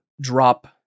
drop